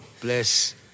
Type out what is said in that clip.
Bless